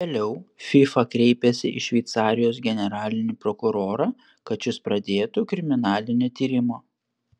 vėliau fifa kreipėsi į šveicarijos generalinį prokurorą kad šis pradėtų kriminalinį tyrimą